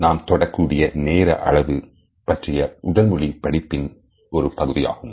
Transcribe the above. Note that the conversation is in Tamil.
நாம் தொடக்கூடிய நேர அளவு பற்றிய உடல் மொழி படிப்பின் ஒரு பகுதியாகும்